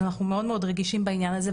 אנחנו מאוד מאוד רגישים בעניין הזה.